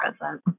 present